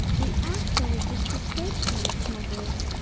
we actually just escaped from the smugglers.